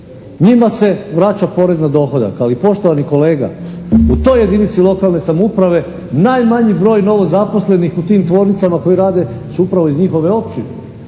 Njima se vraća porez na dohodak. Ali poštovani kolega u toj jedinici lokalne samouprave najmanji broj novozaposlenih u tim tvornicama koje rade su upravo iz njihove općine.